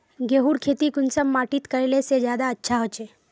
गेहूँर खेती कुंसम माटित करले से ज्यादा अच्छा हाचे?